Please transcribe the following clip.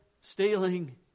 stealing